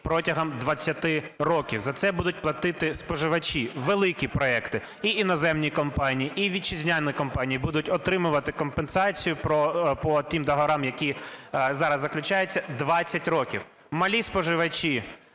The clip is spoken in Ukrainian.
протягом 20 років. За це будуть платити споживачі. Великі проекти. І іноземні компанії, і вітчизняні компанії будуть отримувати компенсацію по тим договорам, які зараз заключаються, 20 років. Малі споживачі,